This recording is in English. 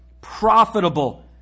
profitable